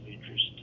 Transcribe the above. interest